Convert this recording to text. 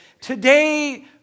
Today